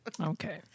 Okay